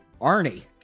Arnie